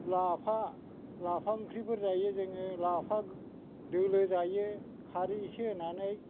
लाफा लाफा ओंख्रिफोर जायो जोङो लाफा दोलो जायो खारै एसे होनानै